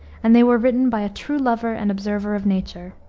and they were written by a true lover and observer of nature.